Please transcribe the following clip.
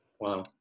Wow